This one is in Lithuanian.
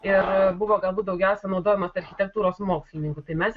ir buvo galbūt daugiausia naudojamas architektūros mokslininkų tai mes